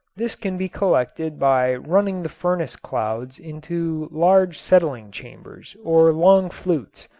this can be collected by running the furnace clouds into large settling chambers or long flues,